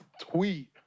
tweet